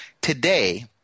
Today